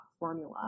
formula